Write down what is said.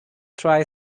try